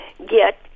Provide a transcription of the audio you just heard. get